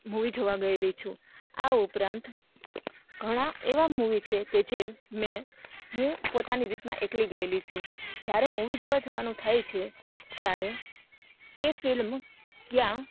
movie જોવાં ગએલી છું આ ઉપરાંત ઘણાં એવાં મૂવી છે કે જે મેં હું પોતાની રીતનાં એકલી ગએલી છું જ્યારે મૂવી જોવાં જવાનું થાય છે ત્યારે તે ફિલ્મ ક્યાં